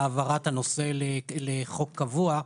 העברת הנושא לחוק קבוע,